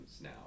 now